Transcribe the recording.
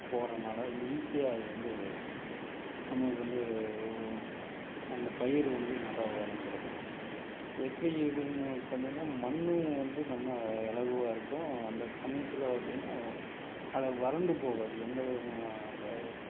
பகி றனால வந்து ஈஸியாக அது வந்து நம்மளுக்கு வந்து அந்த பயிறு வந்து நல்லா வளந்துடும் எப்படி அப்படின்னு பார்த்தீங்கன்னா மண்ணும் வந்து நம்ம எவ்ளவுவா இருக்கும் அந்த சமயத்தில் பார்த்தீங்கன்னா அது வறண்டு போகாது எந்த விதமான அந்த